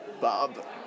Bob